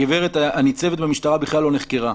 הניצבת במשטרה בכלל לא נחקרה.